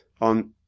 on